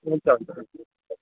हुन्छ हुन्छ